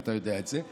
ואתה יודע את זה.